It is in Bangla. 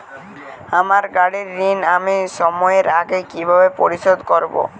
আমার গাড়ির ঋণ আমি সময়ের আগে কিভাবে পরিশোধ করবো?